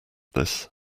this